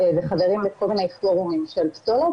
וחברים בכל מיני פורומים של פסולת,